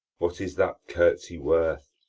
what is that curt'sy worth?